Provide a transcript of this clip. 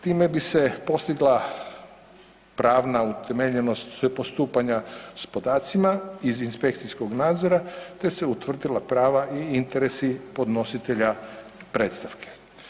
Time bi se postigla pravna utemeljenost postupanja s podacima iz inspekcijskog nadzora te se utvrdila prava i interesi podnositelja predstavke.